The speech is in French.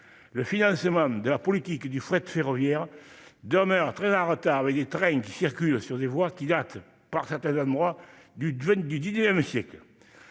Le financement de la politique du fret ferroviaire demeure très en retard. Des trains circulent sur des voies datant, à certains endroits, du XIX siècle.